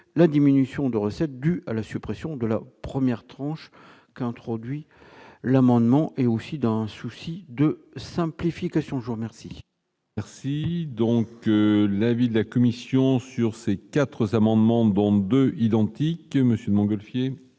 la diminution de recettes due à la suppression de la première tranche qu'introduit l'amendement et aussi dans un souci de simplification jour merci. Merci donc l'avis de la Commission sur ces quatre s'amendement de bombes identique Monsieur Montgolfier.